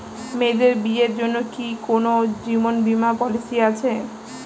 মেয়েদের বিয়ের জন্য কি কোন জীবন বিমা পলিছি আছে?